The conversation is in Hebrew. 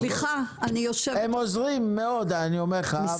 הם עוזרים מאוד, אני אומר לך.